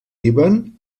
líban